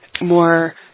more